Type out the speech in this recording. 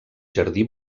jardí